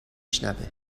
شنوه